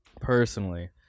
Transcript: personally